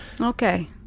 Okay